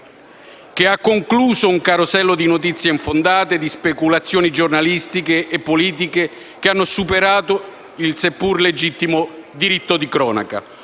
che ha concluso un carosello di notizie infondate, di speculazioni giornalistiche e politiche che hanno superato il seppur legittimo diritto di cronaca.